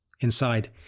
Inside